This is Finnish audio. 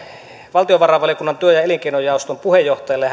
valtiovarainvaliokunnan työ ja elinkeinojaoston puheenjohtajalle